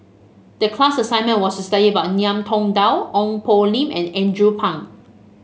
the class assignment was to study about Ngiam Tong Dow Ong Poh Lim and Andrew Phang